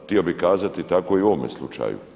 Htio bih kazati tako i u ovome slučaju.